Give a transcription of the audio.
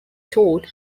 taught